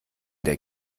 der